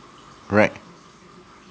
right